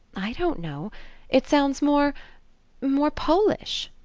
i don't know it sounds more more polish,